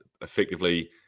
effectively